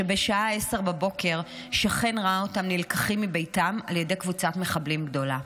שבשעה 10:00 שכן ראה אותם נלקחים מביתם על ידי קבוצת מחבלים גדולה.